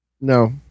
No